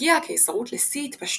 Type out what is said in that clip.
הגיעה הקיסרות לשיא התפשטותה,